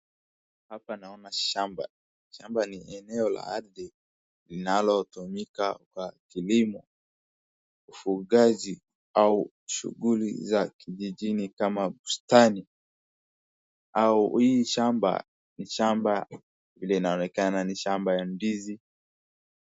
Hapa naona shamba. Shamba ni eneo la ardhi linalotumika kwa kilimo, ufugaji au shughuli za kijijini kama bustani, au hii shamba ni shamba, vile inaonekana ni shamba ya ndizi.